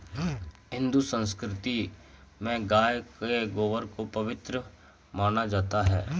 हिंदू संस्कृति में गाय के गोबर को पवित्र माना जाता है